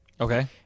Okay